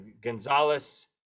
Gonzalez